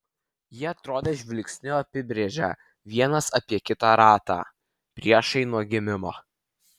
jie atrodė žvilgsniu apibrėžią vienas apie kitą ratą priešai nuo gimimo